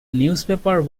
newspaper